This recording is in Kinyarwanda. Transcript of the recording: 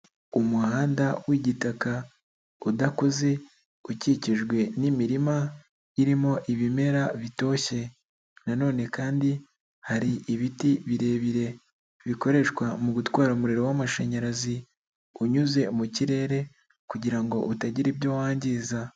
Umuhanda w'igitaka udakuze ukikijwe n'imirima irimo ibimera bitoshye, na none kandi hari ibiti birebire bikoreshwa mu gutwara umuriro w'amashanyarazi, unyuze mu kirere kugira ngo utagira ibyo wangiza.